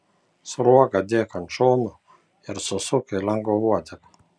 sruogą dėk ant šono ir susuk į lengvą uodegą